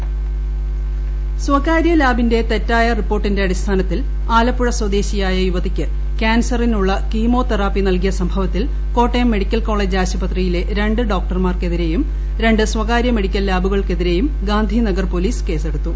cancer police case സ്വകാര്യ ലാബിന്റെ തെറ്റായ റിപ്പോർട്ടിന്റെ അടിസ്ഥാനത്തിൽ ആലപ്പുഴ സ്വദേശിയായ യുവതിക്ക് കാൻസറിനുള്ള കീമോതെറാപ്പി നൽകിയ സംഭവത്തിൽ കോട്ടയം മെഡിക്കൽ കോളജ് ആശുപത്രിയിലെ രണ്ട് ഡോക്ടർമാർക്കെതിരെയും രണ്ട് സ്വകാര്യ മെഡിക്കൽ ലാബുകൾക്കെതിരെയും ഗാന്ധിനഗർ പൊലീസ് കേസെടുത്തു